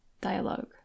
dialogue